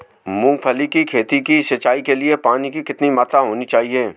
मूंगफली की खेती की सिंचाई के लिए पानी की कितनी मात्रा होनी चाहिए?